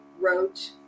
wrote